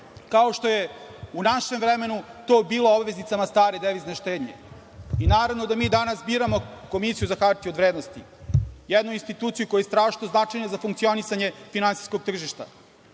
kao što je u našem vremenu to bilo obveznicama stare devizne štednje. Naravno da mi danas biramo Komisiju za hartije od vrednosti, jednu instituciju koja je strašno značajna za funkcionisanje finansijskog tržišta.